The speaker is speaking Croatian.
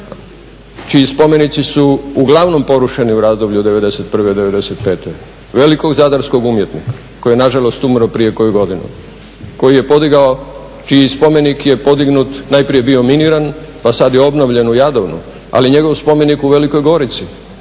čiji spomenici su uglavnom porušeni u razdoblju '91.-'95., velikog zadarskog umjetnika koji je nažalost umro prije koju godinu, koji je podigao, čiji spomenik je podignut, najprije bio miniran pa sad je obnovljen u Jadovnu. Ali njegov spomenik u Velikoj Gorici